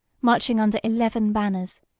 marching under eleven banners,